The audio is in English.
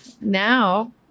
Now